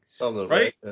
Right